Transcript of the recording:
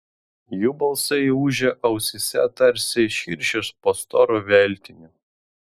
jų balsai ūžė ausyse tarsi širšės po storu veltiniu